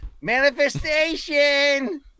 Manifestation